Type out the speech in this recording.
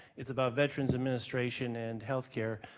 it's about veterans administration and healthcare.